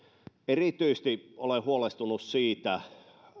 erityisesti olen huolestunut